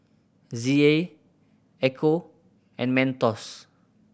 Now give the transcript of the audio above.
Z A Ecco and Mentos